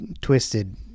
twisted